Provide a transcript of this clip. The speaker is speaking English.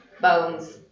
Bones